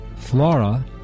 Flora